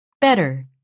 better